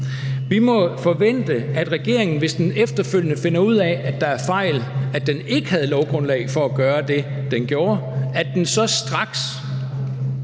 Vi må forvente, at regeringen, hvis den efterfølgende finder ud af, at der er en fejl, at den ikke havde lovgrundlag for at gøre det, den gjorde, så straks